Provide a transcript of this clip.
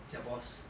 singapore's